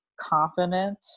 confident